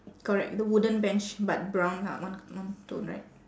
correct the wooden bench but brown co~ one one tone right